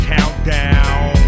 Countdown